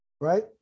Right